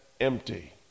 empty